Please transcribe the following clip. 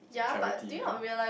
charity you know